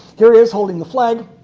here he is holding the flag,